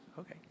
Okay